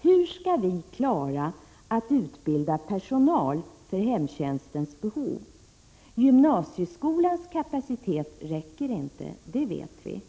Hur skall vi klara att utbilda personal för hemtjänstens behov? Gymnasieskolans kapacitet räcker inte, det vet vi.